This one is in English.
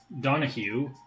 Donahue